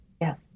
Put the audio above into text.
Yes